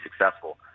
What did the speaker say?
successful